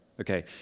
Okay